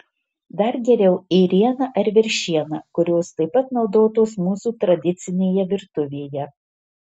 dar geriau ėriena ar veršiena kurios taip pat naudotos mūsų tradicinėje virtuvėje